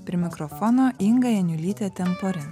prie mikrofono inga janiulytė temporen